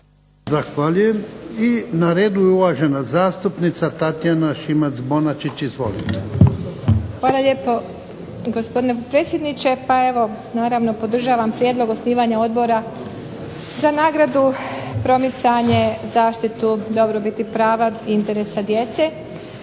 Zahvaljujem. I na redu je uvažena zastupnica Tatjana Šimac Bonačić. Izvolite. **Šimac Bonačić, Tatjana (SDP)** Hvala lijepo. Gospodine potpredsjedniče. Naravno podržavam prijedlog osnivanja odbora za nagradu promicanje, zaštitu dobrobiti prava interesa djece.